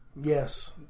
Yes